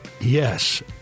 Yes